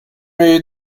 jej